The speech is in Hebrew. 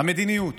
המדיניות